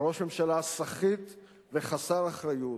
אתה ראש ממשלה סחיט וחסר אחריות,